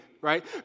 right